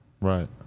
right